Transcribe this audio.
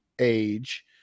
age